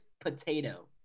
potato